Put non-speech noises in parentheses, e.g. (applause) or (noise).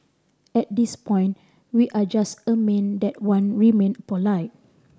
at this point we are just (unintelligible) that Wan remained polite